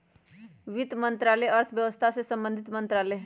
वित्त मंत्रालय अर्थव्यवस्था से संबंधित मंत्रालय हइ